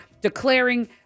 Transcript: declaring